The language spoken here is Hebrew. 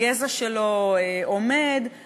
הגזע שלו עומד,